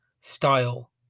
style